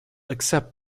accept